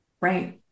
Right